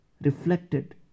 reflected